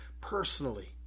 personally